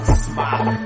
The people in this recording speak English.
smile